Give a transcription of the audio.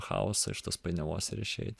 chaoso iš tos painiavos ir išeit